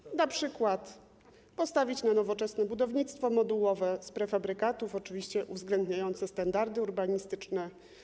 Można np. postawić na nowoczesne budownictwo modułowe z prefabrykatów, oczywiście uwzględniające standardy urbanistyczne.